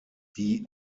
die